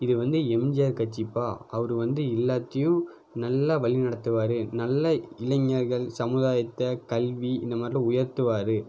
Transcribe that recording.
இது வந்து எம்ஜிஆர் கட்சிப்பா அவர் வந்து எல்லாத்தேயும் நல்லா வழிநடத்துவார் நல்லா இளைஞர்கள் சமுதாயத்தை கல்வி இந்த மாதிரிலாம் உயர்த்துவார்